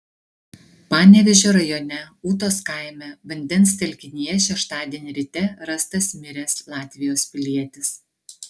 panevėžio rajone ūtos kaime vandens telkinyje šeštadienį ryte rastas miręs latvijos pilietis